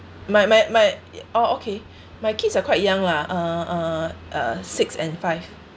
my my my oh okay my kids are quite young lah uh uh uh six and five